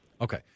Okay